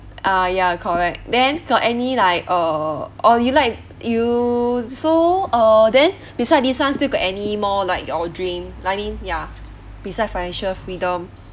ah ya correct then got any like uh or you like you so uh then beside this one still got any more like your dream I mean ya beside financial freedom